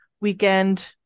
weekend